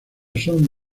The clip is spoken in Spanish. son